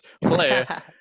player